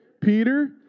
Peter